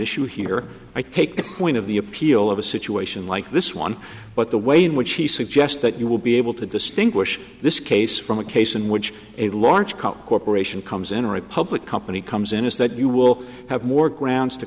show here i take the point of the appeal of a situation like this one but the way in which he suggests that you will be able to distinguish this case from a case in which a large corporation comes in or a public company comes in is that you will have more grounds to